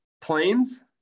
Planes